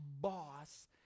boss